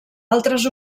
altres